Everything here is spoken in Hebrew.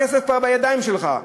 הכסף כבר בידיים שלך.